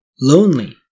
Lonely